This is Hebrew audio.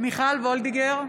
מיכל וולדיגר,